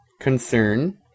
concern